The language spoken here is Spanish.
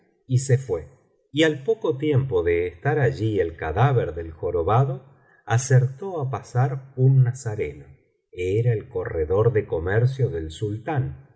y se fué y al poco tiempo de estar allí el cadáver del jorobado acertó á pasar un nazareno era el corredor de comercio del sultán